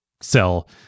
sell